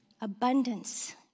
abundance